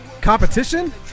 Competition